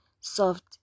soft